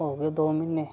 हो गे दो म्हीने